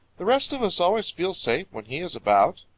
the rest of us always feel safe when he is about.